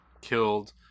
killed